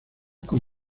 con